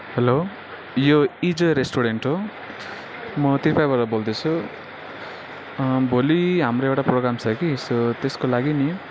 hello यो इजे restaurant हो म त्रिपाईबाट बोल्दैछु भोलि हाम्रो एउटा प्रोग्राम छ कि सो त्यसको लागि नि